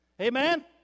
Amen